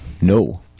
No